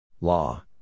Law